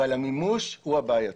אבל המימוש הוא הבעייתי.